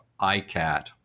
ICAT